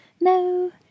No